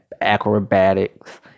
acrobatics